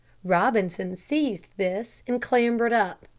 robinson seized this and clambered up.